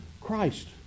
Christ